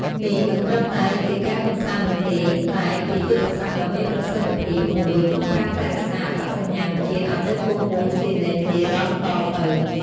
នេះមិនត្រឹមតែជាការកម្សាន្តនោះទេ តែជាយុទ្ធសាស្ត្រដ៏មានប្រសិទ្ធភាពមួយក្នុងការថែរក្សាអត្តសញ្ញាណជាតិឲ្យនៅគង់វង្សជានិច្ចនិរន្តរ៍តទៅ។